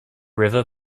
river